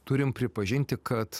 turim pripažinti kad